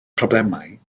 problemau